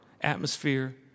atmosphere